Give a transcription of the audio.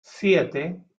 siete